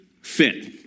fit